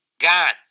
God